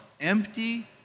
empty